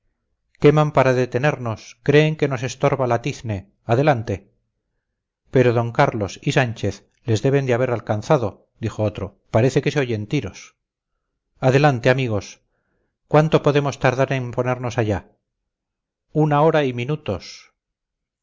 queman para detenernos creen que nos estorba la tizne adelante pero d carlos y sánchez les deben de haber alcanzado dijo otro parece que se oyen tiros adelante amigos cuánto podemos tardar en ponernos allá una hora y minutos